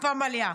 הפמליה.